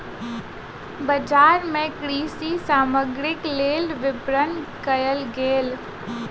बजार मे कृषि सामग्रीक लेल विपरण कयल गेल